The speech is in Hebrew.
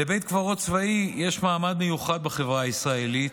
לבית קברות צבאי יש מעמד מיוחד בחברה הישראלית,